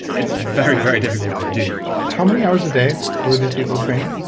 it's very, very difficult to do how many hours a day were these people training?